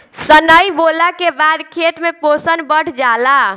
सनइ बोअला के बाद खेत में पोषण बढ़ जाला